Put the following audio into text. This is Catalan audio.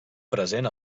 present